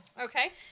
Okay